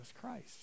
Christ